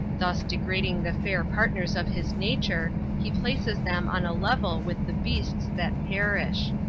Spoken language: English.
thus degrading the fair partners of his nature, he places them on a level with the beasts that perish.